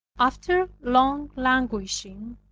after long languishing,